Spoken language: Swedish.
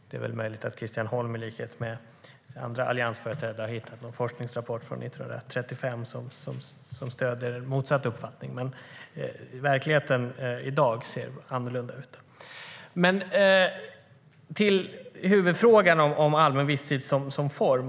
Det är väl möjligt att Christian Holm i likhet med andra alliansföreträdare har hittat någon forskningsrapport från 1935 som stöder motsatt uppfattning, men verkligheten i dag ser annorlunda ut. Låt mig gå till huvudfrågan om allmän visstid som anställningsform.